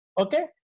Okay